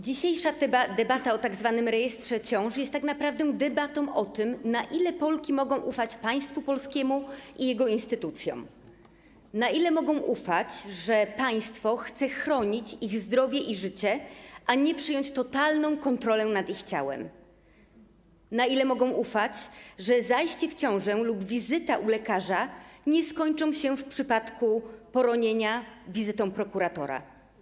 Dzisiejsza debata o tzw. rejestrze ciąż jest tak naprawdę debatą o tym, na ile Polki mogą ufać państwu polskiemu i jego instytucjom; na ile mogą ufać, że państwo chce chronić ich zdrowie i życie, a nie przejąć totalną kontrolę nad ich ciałem; na ile mogą ufać, że zajście w ciążę lub wizyta u lekarza nie skończą się w przypadku poronienia wizytą prokuratora.